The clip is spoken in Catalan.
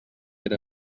era